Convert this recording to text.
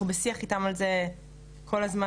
אנחנו בשיח איתם על זה כל הזמן,